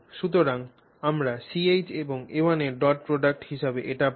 সুতরাং আমরা Ch এবং a1 এর ডট প্রোডাক্ট হিসাবে এটি পাই